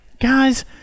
guys